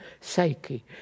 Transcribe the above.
psyche